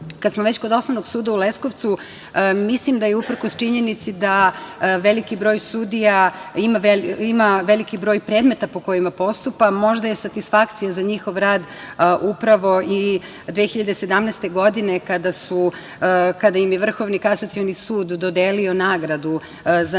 smo već kod Osnovnog suda u Leskovcu, mislim da je, uprkos činjenici da veliki broj sudija ima veliki broj predmeta po kojima postupa, možda satisfakcija za njihov rad upravo i 2017. godine, kada ima je Vrhovni kasacioni sud dodelio nagradu za najbolje